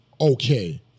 okay